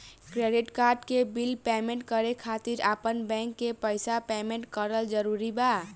Credit card के bill payment करे खातिर आपन बैंक से पईसा पेमेंट करल जरूरी बा?